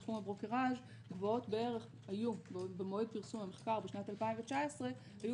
בתחום הברוקראז' במועד פרסום המחקר בשנת 2019 היו